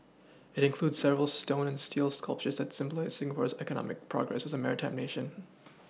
it includes several stone and steel sculptures that symbolise Singapore's economic progress as a maritime nation